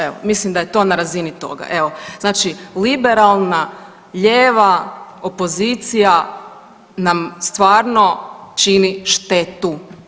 Evo, mislim da je to na razini toga, evo znači liberalna, lijeva opozicija nam stvarno čini štetu.